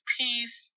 peace